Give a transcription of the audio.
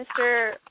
Mr